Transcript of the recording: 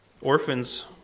Orphans